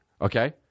okay